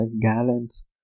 gallons